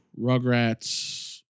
Rugrats